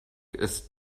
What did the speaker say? ist